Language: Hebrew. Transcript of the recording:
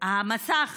המסך